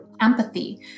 empathy